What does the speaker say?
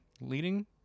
Leading